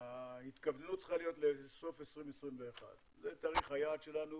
ההתכוונות צריכה להיות לסוף 2021. זה תאריך היעד שלנו